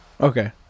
Okay